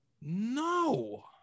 no